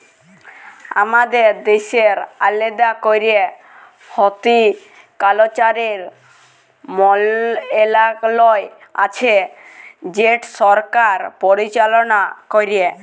আমাদের দ্যাশের আলেদা ক্যরে হর্টিকালচারের মলত্রলালয় আছে যেট সরকার পরিচাললা ক্যরে